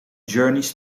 journeys